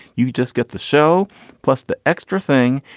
you just get the show plus the extra thing.